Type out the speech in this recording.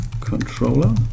controller